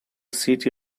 city